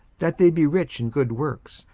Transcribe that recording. that they be rich in good works,